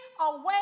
away